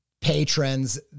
patrons